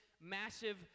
massive